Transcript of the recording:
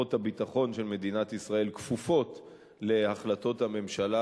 כוחות הביטחון של מדינת ישראל כפופים להחלטות הממשלה,